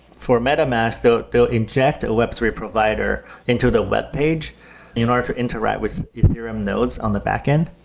for metamask, they'll they'll inject a web three provider into the webpage in order to interact with ethereum nodes on the backend.